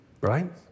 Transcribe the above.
right